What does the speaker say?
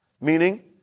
meaning